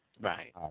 Right